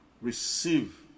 receive